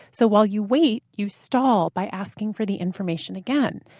so, while you wait you stall by asking for the information again.